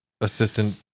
assistant